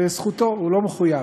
וזכותו, הוא לא מחויב.